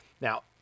Now